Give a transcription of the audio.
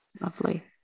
Lovely